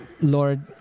Lord